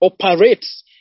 operates